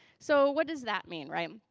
so, what does that mean, right?